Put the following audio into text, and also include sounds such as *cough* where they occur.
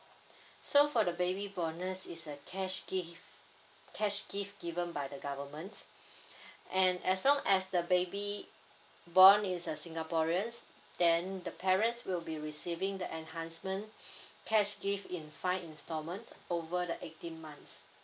*breath* so for the baby bonus is a cash gift cash gift given by the government *breath* and as long as the baby born is a singaporeans then the parents will be receiving the enhancement *breath* cash gift in five installment over the eighteen months